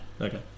Okay